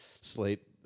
slate